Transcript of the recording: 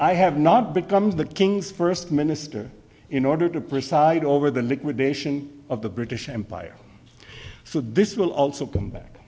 i have not become the king's first minister in order to preside over the liquidation of the british empire so this will also come back